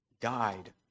died